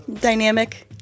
dynamic